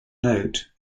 note